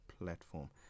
platform